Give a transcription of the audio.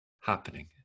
happening